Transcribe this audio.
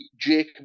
Jake